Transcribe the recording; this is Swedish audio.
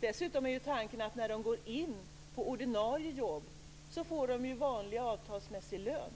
Dessutom är tanken att när de går in i ordinarie jobb får de vanlig avtalsmässig lön.